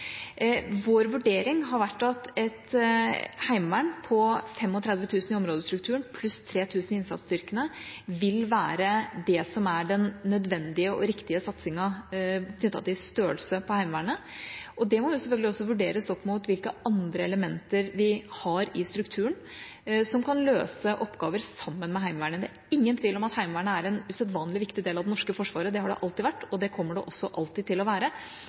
Vår vurdering har vært at et heimevern på 35 000 i områdestrukturen pluss 3 000 i innsatsstyrkene vil være den nødvendige og riktige satsingen knyttet til størrelse på Heimevernet, og det må selvfølgelig vurderes opp mot hvilke andre elementer vi har i strukturen som kan løse oppgaver sammen med Heimevernet. Det er ingen tvil om at Heimevernet er en usedvanlig viktig del av det norske forsvaret. Det har det alltid vært, og det kommer det alltid til å være.